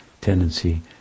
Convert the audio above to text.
tendency